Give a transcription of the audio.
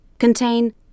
contain